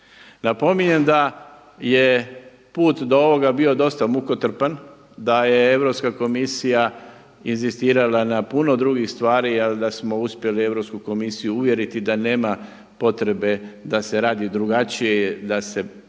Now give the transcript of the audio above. Napominjem da je put do ovoga bio dosta mukotrpan, da je Europska komisija inzistirala na puno drugih stvari, ali da smo uspjeli Europsku komisiju uvjeriti da nema potrebe da se radi drugačije, da se diže